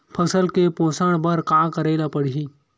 फसल के पोषण बर का करेला पढ़ही?